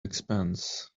expense